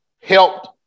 helped